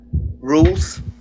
Rules